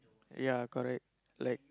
ya correct like